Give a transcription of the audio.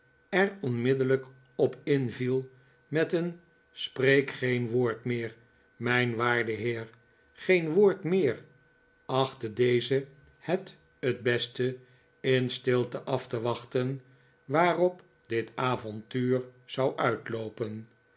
er onmiddellijk op invie met een spreek geen woord meer miji waarde heer geen woord meer achtte deze het t beste in stilte af te wachten waarop dit avontuur zou uitloopen